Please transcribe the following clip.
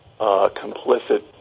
complicit